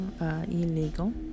illegal